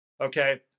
Okay